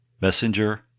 messenger